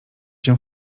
cię